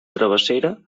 travessera